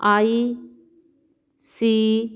I C